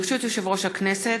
ברשות יושב-ראש הכנסת,